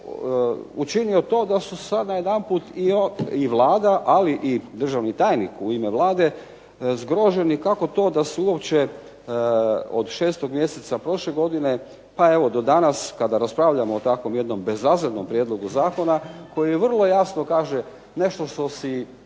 učinio to da su sad najedanput i Vlada, ali i državni tajnik u ime Vlade zgroženi kako to da su uopće od 6. mjeseca prošle godine, pa evo do danas kada raspravljamo o takvom jednom bezazlenom prijedlogu zakona koji vrlo jasno kaže nešto što si